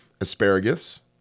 Asparagus